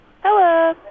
Hello